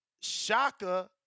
Shaka